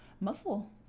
muscle